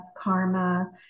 karma